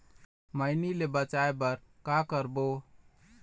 मैनी ले बचाए बर का का करबो?